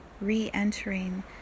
re-entering